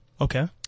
Okay